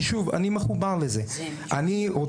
כי שוב, אני מחובר לזה.